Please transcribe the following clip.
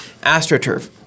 astroturf